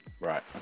right